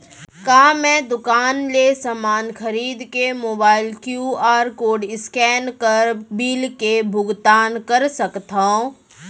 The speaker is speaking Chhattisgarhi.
का मैं दुकान ले समान खरीद के मोबाइल क्यू.आर कोड स्कैन कर बिल के भुगतान कर सकथव?